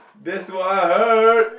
that's what I heard